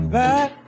back